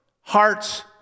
heart's